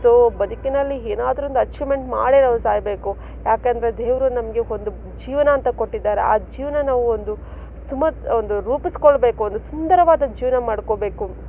so ಬದುಕಿನಲ್ಲಿ ಏನಾದ್ರು ಒಂದು ಅಚೀವ್ಮೆಂಟ್ ಮಾಡೇ ನಾವು ಸಾಯಬೇಕು ಯಾಕಂದರೆ ದೇವರು ನಮಗೆ ಒಂದು ಜೀವನ ಅಂತ ಕೊಟ್ಟಿದ್ದಾರೆ ಆ ಜೀವನನ ಒಂದು ಸುಮ ಒಂದು ರೂಪಿಸ್ಕೊಳ್ಳಬೇಕು ಒಂದು ಸುಂದರವಾದ ಜೀವನ ಮಾಡ್ಕೋಬೇಕು